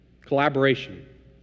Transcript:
Collaboration